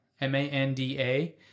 M-A-N-D-A